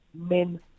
men